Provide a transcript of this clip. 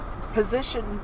position